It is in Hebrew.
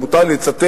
אם מותר לי לצטט,